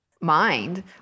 mind